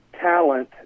talent